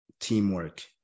teamwork